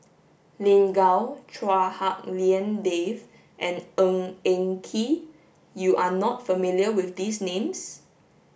Lin Gao Chua Hak Lien Dave and Ng Eng Kee you are not familiar with these names